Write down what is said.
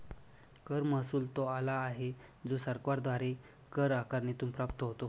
कर महसुल तो आला आहे जो सरकारद्वारे कर आकारणीतून प्राप्त होतो